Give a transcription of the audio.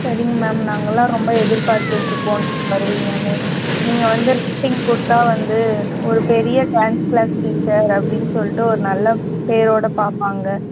சரிங்க மேம் நாங்கள் எல்லாம் ரொம்ப எதிர்பார்த்துட்ருப்போம் நீங்கள் வருவீங்கன்னு நீங்கள் வந்து விசிட்டிங் கொடுத்தா வந்து ஒரு பெரிய டான்ஸ் க்ளாஸ் டீச்சர் அப்படின்னு சொல்லிட்டு ஒரு நல்ல பேரோட பார்ப்பாங்க